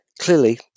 Clearly